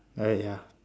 ah ya